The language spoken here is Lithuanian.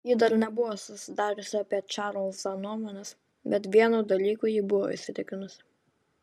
ji dar nebuvo susidariusi apie čarlzą nuomonės bet vienu dalyku ji buvo įsitikinusi